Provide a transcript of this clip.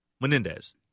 Menendez